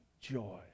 joy